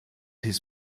his